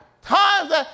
Times